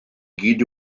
gyd